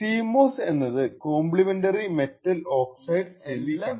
CMOS എന്നത് complementary metal oxide semiconductor technology